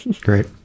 Great